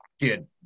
Dude